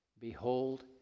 behold